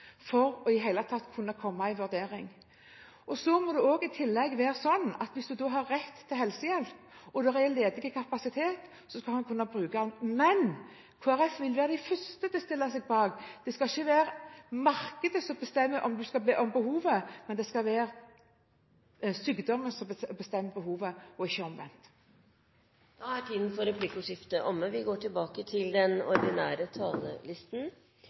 for i det hele tatt å kunne komme i vurdering. Så må det også i tillegg være sånn at hvis man da har rett til helsehjelp, og det er ledig kapasitet, så skal man kunne bruke den. Men Kristelig Folkeparti vil være de første til å stille seg bak at det ikke skal være markedet som bestemmer behovet. Det skal være sykdom som bestemmer behovet – og ikke omvendt. Replikkordskiftet er omme. Landet har fått ny regjering og nytt politisk fleirtal. Det merkar vi